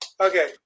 Okay